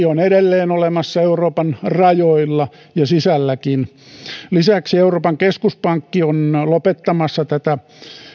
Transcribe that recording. on edelleen olemassa euroopan rajoilla ja sisälläkin lisäksi euroopan keskuspankki on on lopettamassa tätä